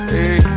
Hey